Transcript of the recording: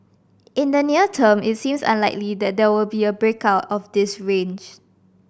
in the near term it seems unlikely that there will be a break out of this range